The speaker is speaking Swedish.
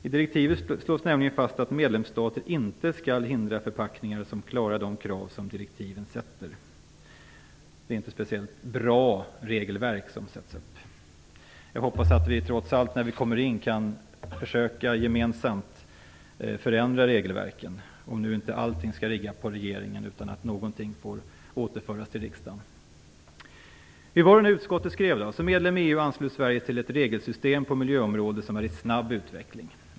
I direktiven slås nämligen fast att medlemsstater inte skall hindra förpackningar som klarar de krav som direktiven sätter. Det är inte speciellt bra regelverk som sätts upp. Men jag hoppas att vi trots allt, när vi kommer in, gemensamt kan försöka förändra regelverken - om nu inte allt skall ligga på regeringen utan åtminstone något får återföras till riksdagen. "Som medlem i EU ansluts Sverige till ett regelsystem på miljöområdet som är i snabb utveckling."